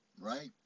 right